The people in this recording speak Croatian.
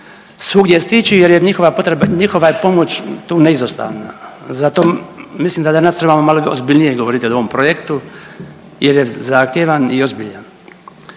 jer je njihova potreba, njihova je pomoć tu neizostavna, zato mislim da danas trebamo malo ozbiljnije govoriti o ovom projektu jer je zahtjevan i ozbiljan.